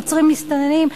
עוצרים מסתננים.